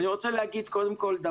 אני רוצה להגיד קודם כל,